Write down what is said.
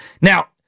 Now